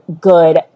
good